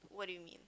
what do you mean